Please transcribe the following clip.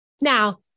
Now